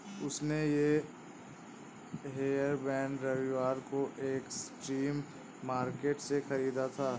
उसने ये हेयरबैंड रविवार को एक स्ट्रीट मार्केट से खरीदा था